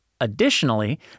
Additionally